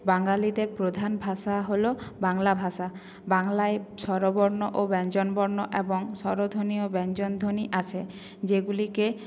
বাঙালিদের প্রধান ভাষা হল বাংলা ভাষা বাংলায় স্বরবর্ণ ও ব্যঞ্জনবর্ণ এবং স্বরধ্বনি ও ব্যঞ্জনধ্বনির আছে যেগুলিকে